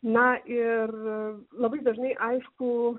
na ir labai dažnai aišku